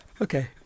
Okay